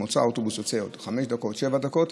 שהאוטובוס יצא כל חמש או שבע דקות,